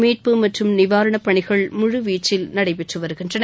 மீட்பு மற்றும் நிவாரண பணிகள் முழு வீச்சில் நடைபெற்று வருகின்றன